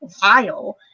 vile